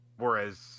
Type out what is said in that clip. Whereas